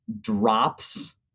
drops